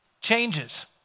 changes